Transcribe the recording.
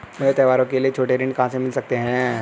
मुझे त्योहारों के लिए छोटे ऋण कहां से मिल सकते हैं?